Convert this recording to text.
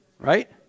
Right